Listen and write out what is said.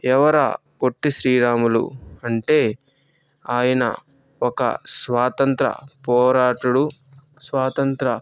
ఎవరా పొట్టి శ్రీరాములు అంటే ఆయన ఒక స్వాతంత్ర పోరాటుడు స్వాతంత్ర